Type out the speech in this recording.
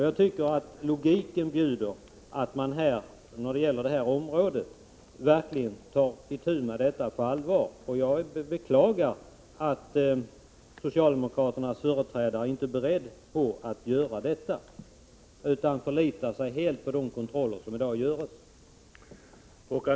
Jag tycker att logiken bjuder att man när det gäller detta område verkligen tar itu med problemen på allvar. Jag beklagar att socialdemokraternas företrädare inte är beredd att göra detta utan förlitar sig helt på de kontroller som görs i dag.